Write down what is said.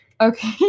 Okay